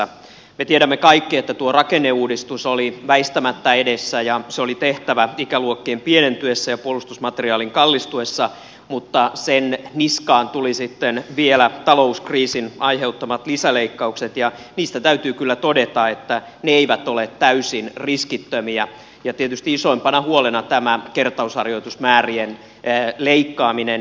me tiedämme kaikki että tuo rakenneuudistus oli väistämättä edessä ja se oli tehtävä ikäluokkien pienentyessä ja puolustusmateriaalin kallistuessa mutta sen niskaan tulivat sitten vielä talouskriisin aiheuttamat lisäleikkaukset ja niistä täytyy kyllä todeta että ne eivät ole täysin riskittömiä tietysti isoimpana huolena tämä kertausharjoitusmäärien leikkaaminen